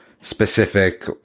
specific